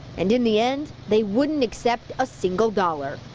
and in the end, they wouldn' accept a single dollar.